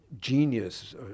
genius